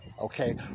Okay